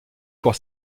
pour